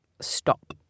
stop